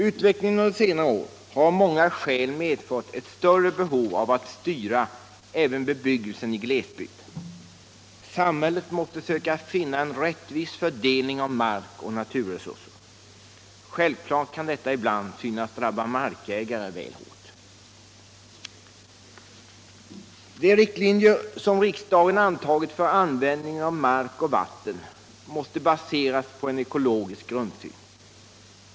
Utvecklingen under senare år har av många skäl medfört ett större behov av att styra även bebyggelsen i glesbygd. Samhället måste söka finna en rättvis fördelning av markoch naturresurser. Självfallet kan detta ibland synas drabba markägare väl hårt. De riktlinjer som riksdagen antagit för användningen av mark och vatten måste baseras på en ekologisk grundsyn.